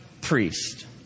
priest